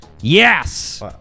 Yes